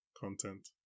content